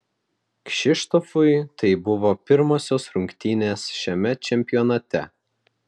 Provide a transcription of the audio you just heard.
kšištofui tai buvo pirmosios rungtynės šiame čempionate